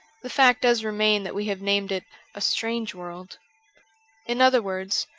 the fact does remain that we have named it a strange world in other words,